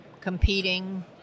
competing